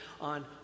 on